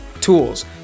tools